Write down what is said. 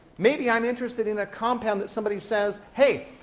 maybe i'm interested in a compound that somebody says, hey!